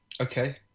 Okay